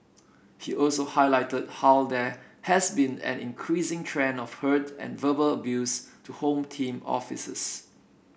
he also highlighted how there has been an increasing trend of hurt and verbal abuse to Home Team officers